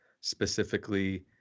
specifically